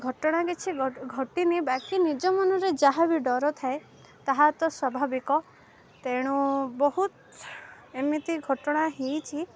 ଘଟଣା କିଛି ଘଟିିନି ବାକି ନିଜ ମନରେ ଯାହା ବିି ଡର ଥାଏ ତାହା ତ ସ୍ୱାଭାବିକ ତେଣୁ ବହୁତ ଏମିତି ଘଟଣା ହେଇଛିି